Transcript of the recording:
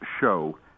show